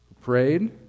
prayed